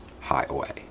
Highway